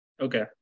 Okay